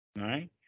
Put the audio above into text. Right